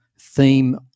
theme